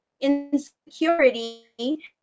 Insecurity